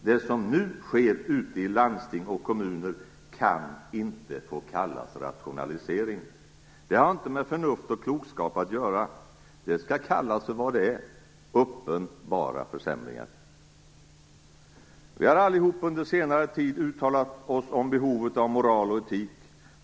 Det som nu sker ute i landsting och kommuner kan inte få kallas rationalisering. Det har inte med förnuft och klokskap att göra. Det skall kallas för vad det är: uppenbara försämringar. Vi har allihop under senare tid uttalat oss om behovet om moral och etik.